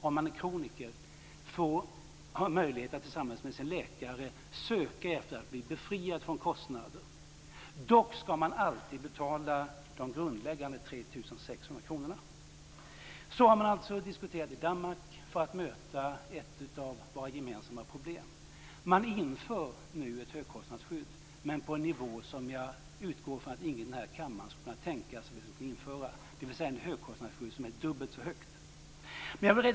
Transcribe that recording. Om man är kroniker har man möjlighet att tillsammans med sin läkare ansöka om att bli befriad från kostnaderna. Dock skall man alltid betala de grundläggande 3 600 kronorna. Så har man alltså diskuterat i Danmark för att möta ett av våra gemensamma problem. Man inför nu ett högkostnadsskydd, men på en nivå som jag utgår ifrån att ingen i den här kammaren kan tänka sig att vi skulle införa i Sverige, ett högkostnadsskydd som är dubbelt så högt som vårt.